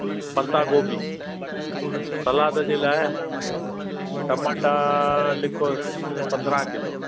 पत्ता गोभी सलाद जे लाइ टमाटा लिखियोसि पंद्रहं किलो